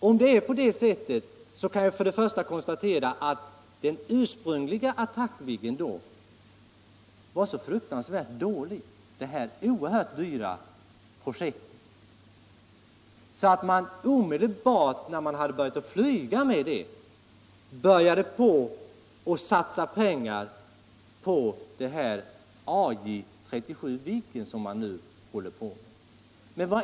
Om det är på det sättet, kan jag konstatera att den ursprungliga Attackviggen var så fruktansvärt dålig — detta oerhört dyra projekt — att man omedelbart när man hade börjat flyga med det planet satsade pengar på AJ 37 Viggen, som man nu håller på med.